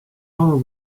hole